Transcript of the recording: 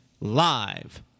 live